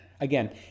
again